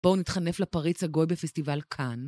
בואו נתחנף לפריץ הגוי בפסטיבל קאן.